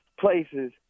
places